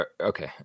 Okay